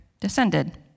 descended